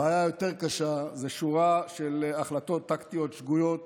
הבעיה היותר-קשה זו שורה של החלטות טקטיות שגויות